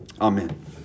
Amen